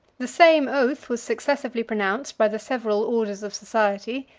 the same oath was successively pronounced by the several orders of society,